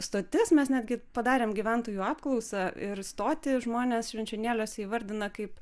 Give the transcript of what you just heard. stotis mes netgi padarėm gyventojų apklausą ir stotį žmonės švenčionėliuose įvardina kaip